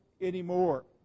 anymore